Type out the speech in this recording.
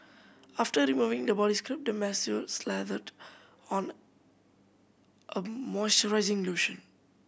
after removing the body scrub the masseur slathered on a moisturizing lotion